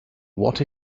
what